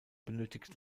benötigt